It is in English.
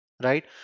right